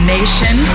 Nation